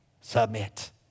Submit